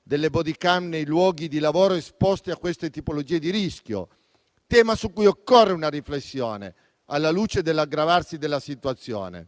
delle *bodycam* nei luoghi di lavoro esposti a queste tipologie di rischio; un tema su cui occorre una riflessione alla luce dell'aggravarsi della situazione,